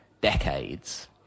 decades